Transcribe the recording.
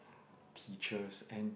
teachers and